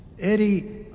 eddie